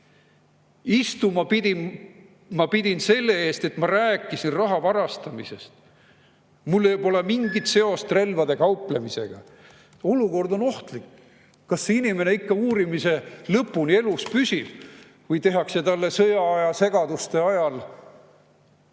Istuma pidin ma selle eest, et ma rääkisin raha varastamisest. Mul pole mingit seost relvadega kauplemisega." Olukord on ohtlik. Kas see inimene uurimise lõpuni ikka elus püsib või tehakse talle midagi sõjaaja segaduste ajal?